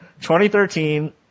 2013